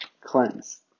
cleanse